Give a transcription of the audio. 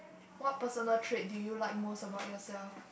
what personal trait do you like most about yourself